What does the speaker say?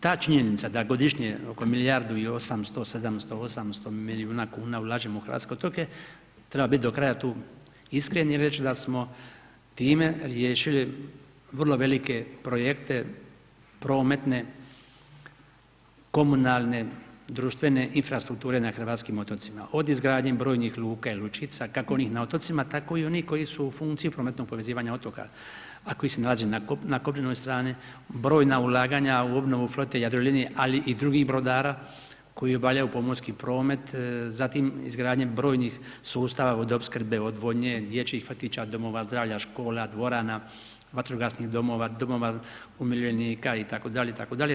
Ta činjenica da godišnje oko milijardu i 800, 700, 800 milijuna ulažemo u hrvatske otoke, treba bit do kraja tu iskren i reć da smo time riješili vrlo velike projekte prometne, komunalne, društvene infrastrukture na hrvatskim otocima, od izgradnje brojnih luka i lučica, kako onih na otocima, tako i onih koji su u funkciji prometnog povezivanja otoka, a koji se nalazi na kopnenoj strani, brojna ulaganja u obnovu flote Jadrolinije, ali i drugih brodara koji obavljaju pomorski promet, zatim izgradnja brojnih sustava vodoopskrbe, odvodnje, dječjih vrtića, domova zdravlja, škola, dvorana, vatrogasnih domova, domova umirovljenika itd. itd.